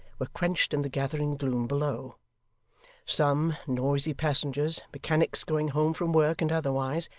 were quenched in the gathering gloom below some, noisy passengers, mechanics going home from work, and otherwise,